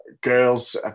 girls